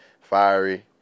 fiery